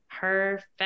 Perfect